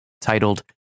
titled